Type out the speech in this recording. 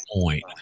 point